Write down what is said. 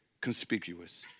conspicuous